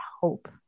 hope